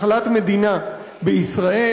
מחלת מדינה בישראל,